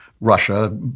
Russia